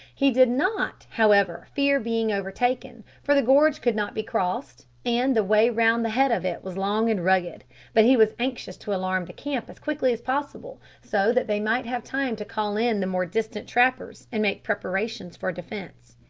he did not, however, fear being overtaken, for the gorge could not be crossed, and the way round the head of it was long and rugged but he was anxious to alarm the camp as quickly as possible, so that they might have time to call in the more distant trappers and make preparations for defence.